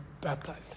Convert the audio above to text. baptized